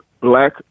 black